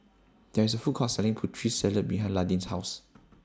There IS A Food Court Selling Putri Salad behind Landin's House